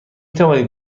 توانید